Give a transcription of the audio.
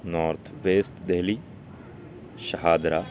north West Delhi Shahdara